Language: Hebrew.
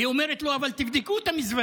היא אומרת לו: תבדקו את המזוודה.